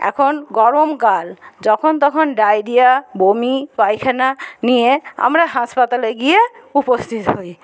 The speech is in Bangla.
এখন গরমকাল যখন তখন ডায়রিয়া বমি পায়খানা নিয়ে আমরা হাসপাতালে গিয়ে উপস্থিত হই